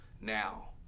now